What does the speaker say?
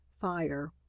Fire